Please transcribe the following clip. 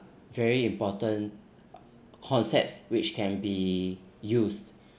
very important concepts which can be used